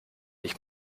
ich